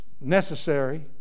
necessary